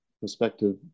perspective